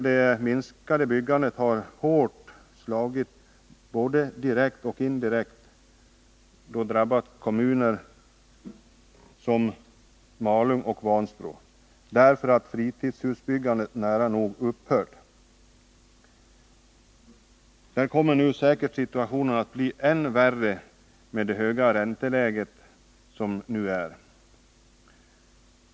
Det minskade byggandet har hårt direkt och indirekt drabbat kommuner som Malung och Vansbro, därför att fritidshusbyggandet nära nog upphört. Där kommer nu situationen säkerligen att bli än värre med det höga ränteläge som vi nu har.